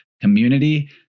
community